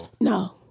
No